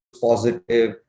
positive